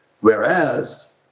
whereas